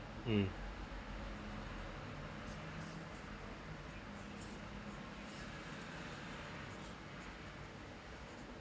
mm